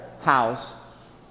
house